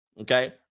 Okay